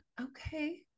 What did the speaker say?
Okay